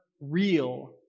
real